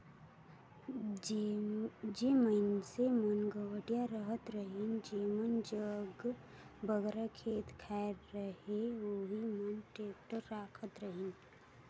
जेन मइनसे मन गवटिया रहत रहिन जेमन जग बगरा खेत खाएर रहें ओही मन टेक्टर राखत रहिन